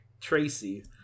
Tracy